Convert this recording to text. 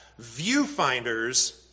viewfinders